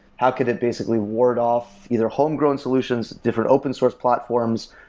how could it basically ward off either homegrown solutions, different open source platforms?